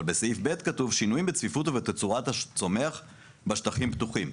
אבל בסעיף (ג) כתוב: "שינויים בצפיפות ובתצורות הצומח בשטחים פתוחים".